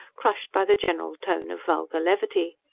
crushed by the general tone of vulgar levity.